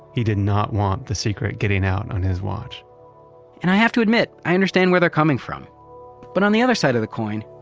he did not want the secret getting out on his watch and i have to admit i understand where they're coming from but on the other side of the coin,